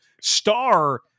Star